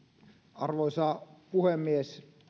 arvoisa puhemies